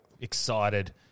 Excited